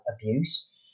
abuse